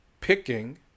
picking